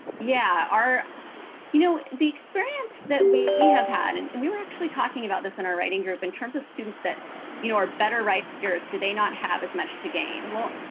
yeah you know, the experience that we have had and and we were actually talking about this in our writing group in terms of students that you know are better writers, do they not have as much to gain. well,